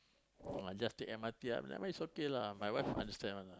I just take M_R_T lah I mean it's okay lah my wife understand one lah